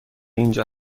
اینجا